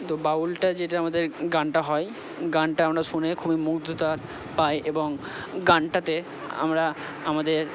তো বাউলটা যেটা আমাদের গানটা হয় গানটা আমরা শুনে খুবই মুগ্ধতা পাই এবং গানটাতে আমরা আমাদের